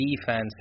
defense